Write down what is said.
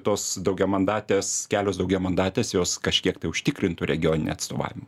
tos daugiamandatės kelios daugiamandatės jos kažkiek tai užtikrintų regioninį atstovavimą